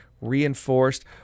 reinforced